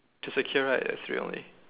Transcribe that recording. to secure right ya three only